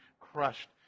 crushed